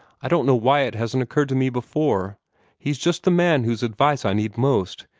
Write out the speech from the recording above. i don't know why it hasn't occurred to me before he's just the man whose advice i need most.